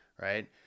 right